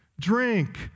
drink